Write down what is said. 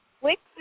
Wix